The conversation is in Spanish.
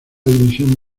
división